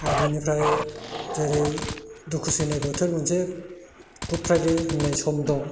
आरो बिनिफ्राय जेरै दुखु सैनाय बोथोर मोनसे गुड फ्रायडे होननाय मोनसे सम दं